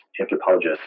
anthropologist